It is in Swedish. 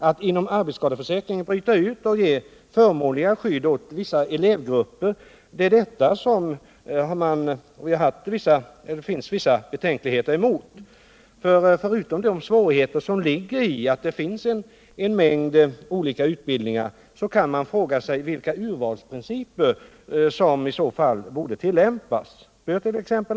Att inom arbetsskadeförsäkringen ge förmånligare skydd åt vissa elevgrupper är något som det finns betänkligheter emot. Förutom de svårigheter som ligger i att det finns en mängd olika utbildningar, så kan man fråga sig vilka urvalsprinciper som i så fall borde tillämpas. Bör t. cx.